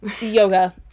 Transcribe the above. Yoga